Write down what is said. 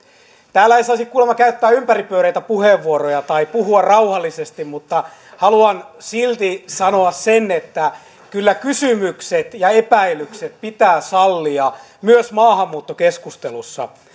täällä ei saisi kuulemma käyttää ympäripyöreitä puheenvuoroja tai puhua rauhallisesti mutta haluan silti sanoa sen että kyllä kysymykset ja epäilykset pitää sallia myös maahanmuuttokeskustelussa